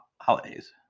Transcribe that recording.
holidays